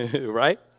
Right